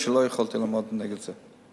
ולא יכולתי לעמוד נגד זה,